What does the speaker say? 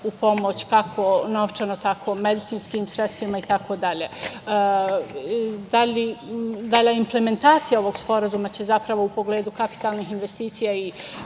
u pomoć kako novčano, tako i medicinskim sredstvima, itd. Dalja implementacija ovog sporazuma će zapravo u pogledu kapitalnih investicija i